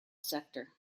sector